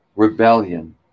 rebellion